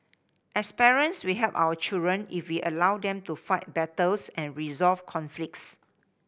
as parents we help our children if we allow them to fight battles and resolve conflicts